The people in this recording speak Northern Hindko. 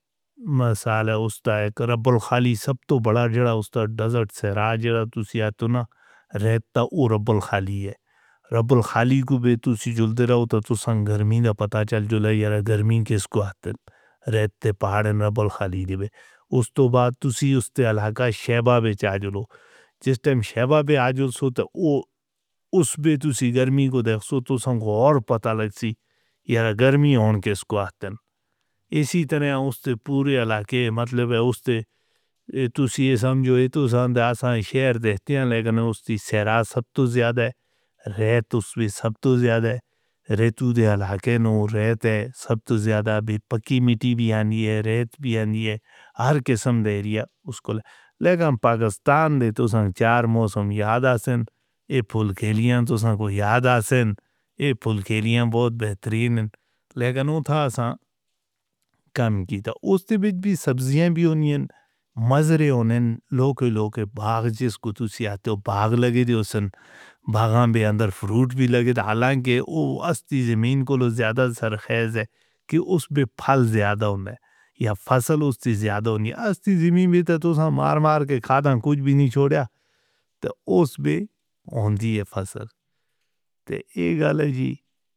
مسالا اُستاد ربّول خالی، سب تو بڑا جڑا اُستاد۔ دِزہرت سے راز جڑا، تُسیاں تُو نہ رہتا اُو ربّول خالی ہے۔ ربّول خالی کو بے تُوسی جھولتے رہو، تب تُو سنگ گرمی کا پتا چل۔ جولائی گرمی کے سکوٹ رہتے پہاڑ، اینڈ ربّول خالی رے۔ اُس تو بات تُسی، اُس تے اللہ کا شاباشا! جیس وقت شبابی آج، اُس گرمی کو اِسی طرح پورے علاقے مطلب۔ ریتو دے الحاقینو ریت ہے، سب تو زیادہ۔ بھی پکی مٹی بھی آنی ہے، ریت بھی آنی ہے، ہر قسم دھیر اُسکو لگا۔ ہم پاکستان دے دو سنگ چار موسم یاد، آسان یے پھلکھیلیاں تو سنگ یاد۔ آسان یے پھلکھیلیاں، بہت بہترین ہے۔ کم کی تو اُس بھی سبزیاں بھی، اُنئین مجرے نے لو کے لو کے بھاگ۔ جیس کُتُسیاں تو وو بھاگ لگی تھی۔ اُس باگھا میں اندر پھل بھی لگے تھے۔ حالانکہ وو استی زمین کو تو زیادہ ہے کہ اُس بھی پھل زیادہ ہون۔ یہ فصل اُستی سے زیادہ نہیں، اِستی سی بھی مار مار کے کھاتا، کچھ بھی نہیں چھوڑا۔ تو اُسوی ہوتی ہے فصل تے اَک الگ جی۔